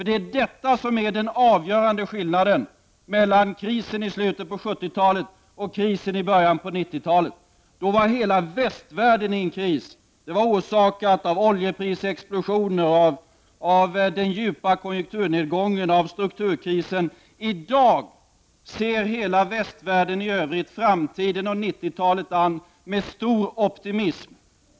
Detta är nämligen den avgörande skillnaden mellan krisen i slutet på 70 talet och krisen i början av 90-talet. Då var hela västvärlden i en kris, vilken var orsakad av oljeprisexplosioner, den djupa konjunkturnedgången och strukturkrisen. I dag ser hela västvärlden i övrigt framtiden och 90-talet an med stor optimism.